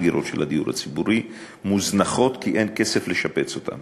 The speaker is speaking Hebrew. של הדיור הציבורי מוזנחות כי אין כסף לשפץ אותן.